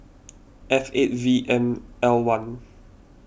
F eight V M I one